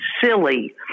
silly